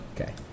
Okay